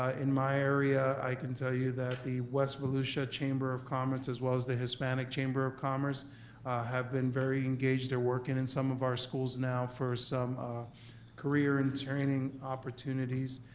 ah in my area i can tell you that the west volusia chamber of commerce as well as the hispanic chamber of commerce have been very engaged. they're working in some of our schools now for some ah career and training opportunities.